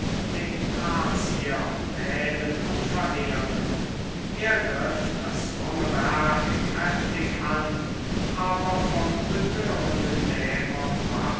den thrazier wählen und verehren er griff das fromme werk kräftig an aber vom betörenden dämon